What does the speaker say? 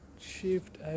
shift